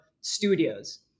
studios